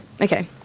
Okay